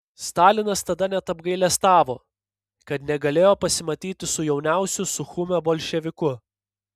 stalinas tada net apgailestavo kad negalėjo pasimatyti su jauniausiu suchumio bolševiku